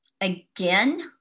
Again